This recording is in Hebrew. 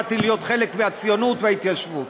באתי להיות חלק מהציונות וההתיישבות.